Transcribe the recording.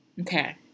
Okay